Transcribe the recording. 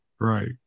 Right